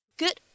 good